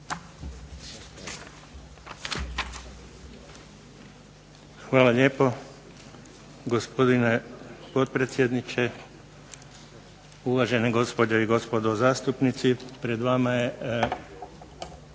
Hvala lijepo, gospodine potpredsjedniče. Uvažene gospođe i gospodo zastupnici. Pred vama je